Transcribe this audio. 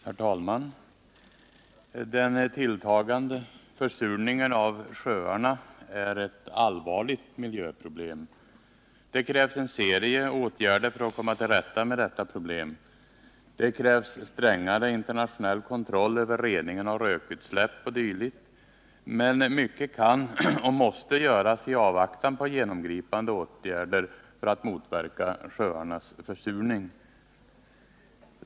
Herr talman! Den tilltagande försurningen av sjöarna är ett allvarligt miljöproblem. Det krävs en serie åtgärder för att komma till rätta med detta problem. BI. a. krävs det strängare internationell kontroll över reningen av rökutsläpp o. d. Men mycket kan och måste göras i avvaktan på genomgripande åtgärder för att motverka sjöarnas försurning.